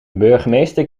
burgemeester